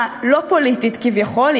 הלא-פוליטית כביכול,